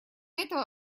этого